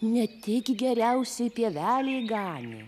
ne tik geriausioj pievelėj ganė